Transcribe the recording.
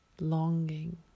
longing